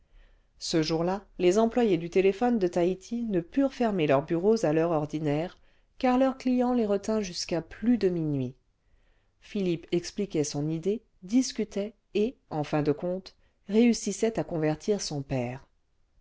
ce jour-là les employés du téléphone de taïti ne purent fermer leurs bureaux à l'heure ordinaire car leur client les retint jusqu'à plus de minuit philippe expliquait son idée discutait et en fin de compte réussissait à convertir son père